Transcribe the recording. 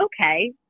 okay